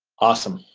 awesome.